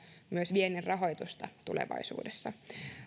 vienninrahoitusta tulevaisuudessa